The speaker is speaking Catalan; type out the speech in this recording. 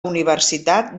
universitat